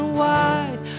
wide